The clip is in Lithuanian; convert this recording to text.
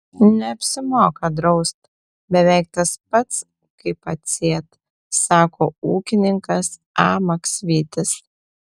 neapsimoka draust beveik tas pats kaip atsėt sako ūkininkas a maksvytis